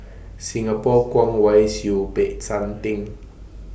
Singapore Kwong Wai Siew Peck San Theng